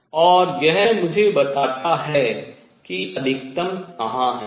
और यह मुझे बताता है कि अधिकतम कहाँ है